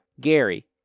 Gary